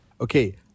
Okay